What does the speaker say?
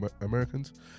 Americans